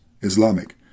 Islamic